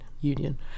Union